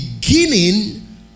beginning